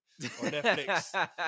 Netflix